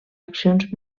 accions